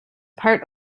part